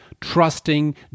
trusting